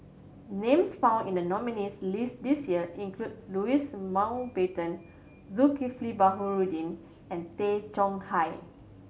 names found in the nominees' list this year include Louis Mountbatten Zulkifli Baharudin and Tay Chong Hai